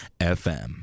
FM